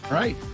right